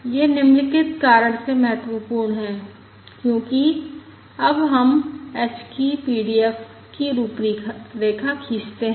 यह निम्नलिखित कारण से महत्वपूर्ण है क्योंकि अब हम h की PDF की रूपरेखा खींचते हैं